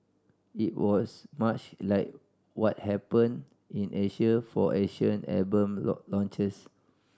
it was much like what happened in Asia for Asian album launches